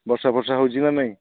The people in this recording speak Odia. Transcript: ବର୍ଷାଫର୍ଷା ହେଉଛି ନା ନାଇଁ